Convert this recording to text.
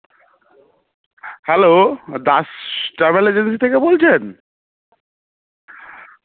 hello Das travel agency থেকে বলছেন